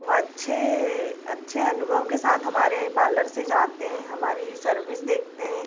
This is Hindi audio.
वह अच्छे अच्छे अनुभव के साथ हमारे पार्लर से जाते हैं हमारी सर्विस देखते हैं